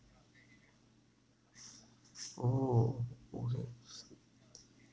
oh oh that's